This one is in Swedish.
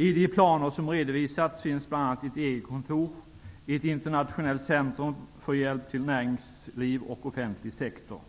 I de planer som redovisats finns bl.a. ett EG kontor, ett internationellt centrum för hjälp till näringsliv och offentlig sektor.